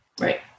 Right